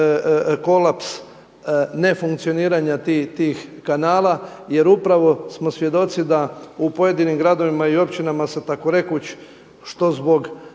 kolaps nefunkcioniranja tih kanala jer upravo smo svjedoci da u pojedinim gradovima i općinama se tako rekuć što zbog